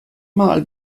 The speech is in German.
mal